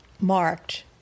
marked